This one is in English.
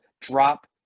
drop